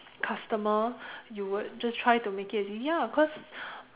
customer you would just make it easier ya cause